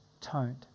toned